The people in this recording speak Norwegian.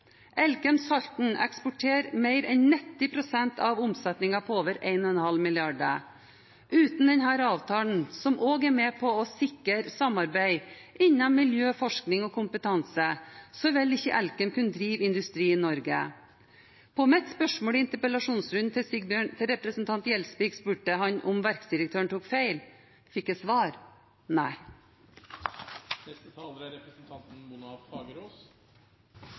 Elkem Salten eksporterer mer enn 90 pst. av omsetningen på over 1,5 mrd. kr. Uten denne avtalen – som også er med på å sikre samarbeid innen miljø, forskning og kompetanse – ville ikke Elkem kunne drive industri i Norge. I mitt spørsmål til representanten Gjelsvik i replikkrunden spurte jeg ham om verksdirektøren tok feil. Fikk jeg svar? Nei. Skolens innhold skal fornyes, sa Kongen i går, og fagfornyelsen er